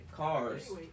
Cars